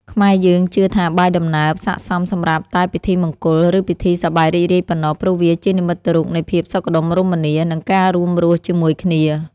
ខ្មែរយើងជឿថាបាយដំណើបសក្តិសមសម្រាប់តែពិធីមង្គល ឬពិធីសប្បាយរីករាយប៉ុណ្ណោះ ព្រោះវាជានិមិត្តរូបនៃភាពសុខដុមរមនា និងការរួមរស់ជាមួយគ្នា។